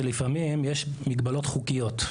זה שלפעמים יש מגבלות חוקיות.